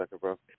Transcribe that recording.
bro